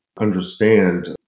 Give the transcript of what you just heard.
understand